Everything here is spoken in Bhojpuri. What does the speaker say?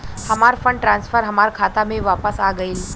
हमार फंड ट्रांसफर हमार खाता में वापस आ गइल